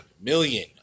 million